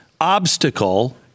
obstacle